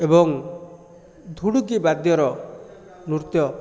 ଏବଂ ଧୁଡୁକି ବାଦ୍ୟର ନୃତ୍ୟ